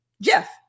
Jeff